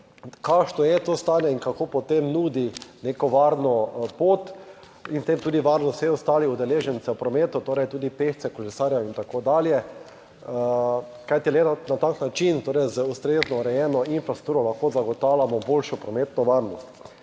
kakšno je to stanje in kako potem nudi neko varno pot in s tem tudi varnost vseh ostalih udeležencev v prometu, torej tudi pešcev, kolesarjev in tako dalje. Kajti, le na tak način, torej z ustrezno urejeno infrastrukturo, lahko zagotavljamo boljšo prometno varnost.